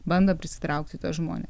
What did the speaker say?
bando prisitraukti tuos žmone